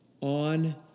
On